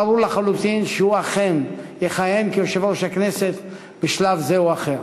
וברור לחלוטין שהוא אכן יכהן כיושב-ראש הכנסת בשלב זה או אחר.